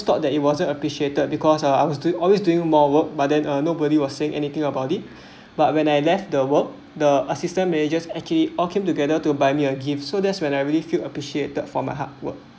thought that it wasn't appreciated because ah I was doing always doing more work but then uh nobody was saying anything about it but when I left the work the assistant manager actually all came together to buy me a gift so that's when I really feel appreciated for my hard work